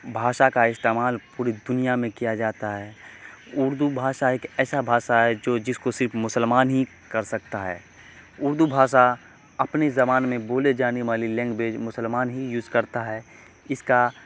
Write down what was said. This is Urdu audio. بھاشا کا استعمال پوری دنیا میں کیا جاتا ہے اردو بھاشا ایک ایسا بھاشا ہے جو جس کو صرف مسلمان ہی کر سکتا ہے اردو بھاشا اپنی زبان میں بولے جانے والی لینگویج مسلمان ہی یوز کرتا ہے اس کا